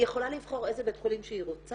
יכולה לבחור איזה בית חולים שהיא רוצה